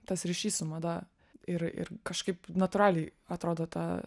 tas ryšys su mada ir ir kažkaip natūraliai atrodo tą